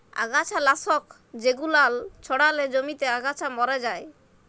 আগাছা লাশক জেগুলান ছড়ালে জমিতে আগাছা ম্যরে যায়